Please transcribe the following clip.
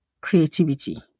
creativity